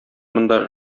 монда